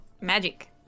magic